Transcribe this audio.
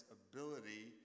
ability